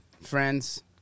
friends